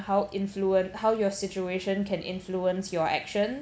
how influen~ how your situation can influence your action